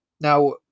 Now